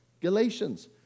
Galatians